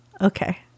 Okay